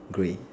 grey